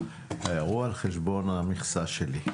הוא על חשבון המכסה שלי.